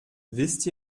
wisst